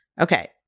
Okay